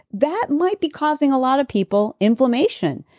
that might be causing a lot of people inflammation.